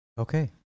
Okay